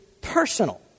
personal